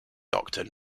doctor